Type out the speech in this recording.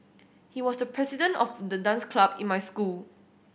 he was the president of the dance club in my school